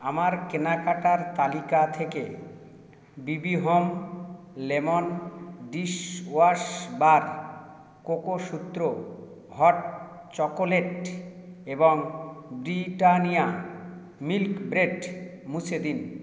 আমার কেনাকাটার তালিকা থেকে BB home lemon dish wash bar Cocosutra hot chocolate এবং ব্রিটানিয়া মিল্ক ব্রেড মুছে দিন